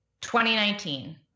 2019